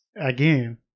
again